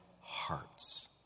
hearts